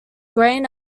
grain